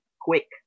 quick